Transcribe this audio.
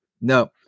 No